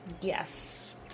Yes